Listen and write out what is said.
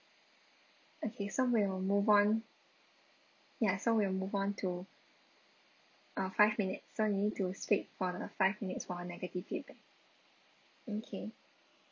okay so we will move on ya we will move on to uh five minute so we need to straight for the five minutes for negative feedback okay